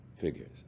figures